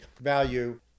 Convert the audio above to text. value